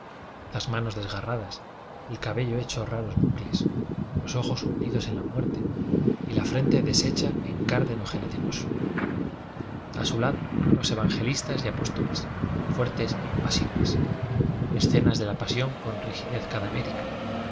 las manos desgarradas el cabello he cho raros bucles los ojos hundidos en la muerte y la frente desecha en cárdeno ge latinoso a su lado los evangelistas y apóstoles fuertes e impasibles escenas de la pasión con rigidez cadavérica